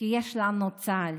כי יש לנו את צה"ל,